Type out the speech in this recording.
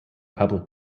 public